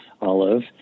olive